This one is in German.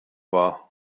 war